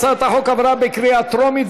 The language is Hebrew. הצעת החוק עברה בקריאה טרומית,